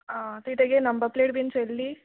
आं तूंवूंय तेगे नंबर प्लेट बी चोयल्ली